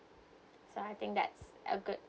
so I think that's a good